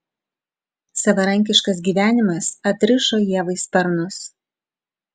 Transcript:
savarankiškas gyvenimas atrišo ievai sparnus